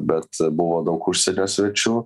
bet buvo daug užsienio svečių